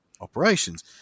operations